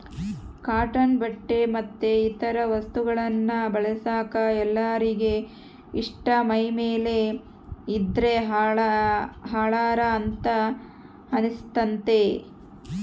cotton ಬಟ್ಟೆ ಮತ್ತೆ ಇತರ ವಸ್ತುಗಳನ್ನ ಬಳಸಕ ಎಲ್ಲರಿಗೆ ಇಷ್ಟ ಮೈಮೇಲೆ ಇದ್ದ್ರೆ ಹಳಾರ ಅಂತ ಅನಸ್ತತೆ